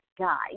guy